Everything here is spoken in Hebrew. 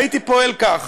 הייתי פועל כך.